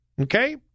Okay